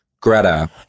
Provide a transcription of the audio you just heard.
Greta